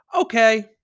okay